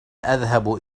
أذهب